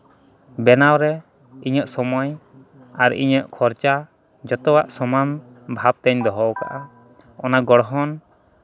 ᱵᱮᱱᱟᱣ ᱨᱮ ᱤᱧᱟᱹᱜ ᱥᱚᱢᱚᱭ ᱟᱨ ᱤᱧᱟᱹᱜ ᱠᱷᱚᱨᱪᱟ ᱡᱚᱛᱚᱣᱟᱜ ᱥᱚᱢᱟᱱ ᱵᱷᱟᱵᱽ ᱛᱮᱧ ᱫᱚᱦᱚ ᱠᱟᱜᱼᱟ ᱚᱱᱟ ᱜᱚᱲᱦᱚᱱ